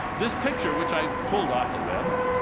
this picture, which i pulled off the web